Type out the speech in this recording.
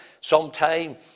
sometime